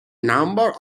number